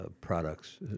products